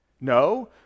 no